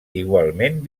igualment